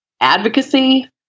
advocacy